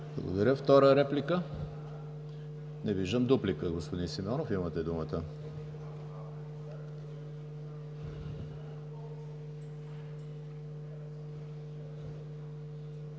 Благодаря. Втора реплика? Не виждам. Дуплика, господин Симеонов, имате думата.